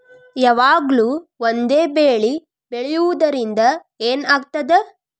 ಯಾವಾಗ್ಲೂ ಒಂದೇ ಬೆಳಿ ಬೆಳೆಯುವುದರಿಂದ ಏನ್ ಆಗ್ತದ?